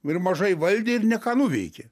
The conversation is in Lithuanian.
ir mažai valdė ir ne ką nuveikė